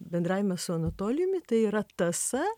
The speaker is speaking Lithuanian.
bendravimas su anatolijumi tai yra tąsa